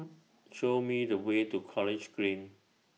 Show Me The Way to College Green